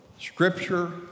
Scripture